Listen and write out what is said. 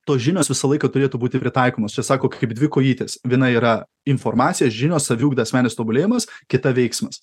tos žinios visą laiką turėtų būti pritaikomos čia sako kaip dvi kojytės viena yra informacija žinios saviugda asmenis tobulėjimas kita veiksmas